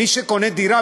מי שקונה דירה,